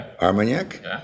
Armagnac